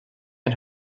and